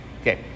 Okay